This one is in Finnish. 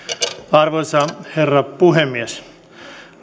arvoisa herra puhemies